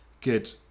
good